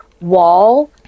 wall